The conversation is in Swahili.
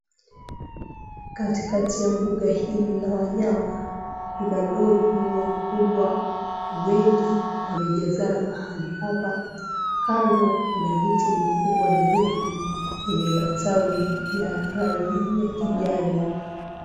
Katikati ya bunga hili la wanyama kuna ndovu wakubwa, wengi wamejazana mahali hapa. Kando kuna miti mikubwa mirefu yenye matawi ya rangi ya kijani.